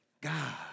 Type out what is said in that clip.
God